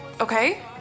Okay